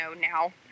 now